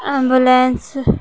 ambulance